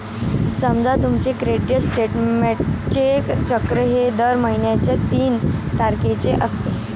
समजा तुमचे क्रेडिट स्टेटमेंटचे चक्र हे दर महिन्याच्या तीन तारखेचे असते